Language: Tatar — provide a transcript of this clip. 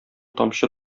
тамчы